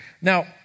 Now